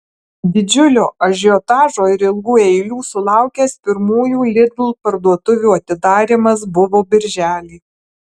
didžiulio ažiotažo ir ilgų eilių sulaukęs pirmųjų lidl parduotuvių atidarymas buvo birželį